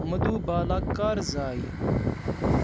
مدوٗبالا کَر زایہِ